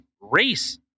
race